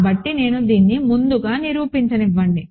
కాబట్టి నేను దీన్ని ముందుగా నిరూపించనివ్వండి